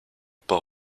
par